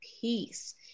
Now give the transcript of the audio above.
peace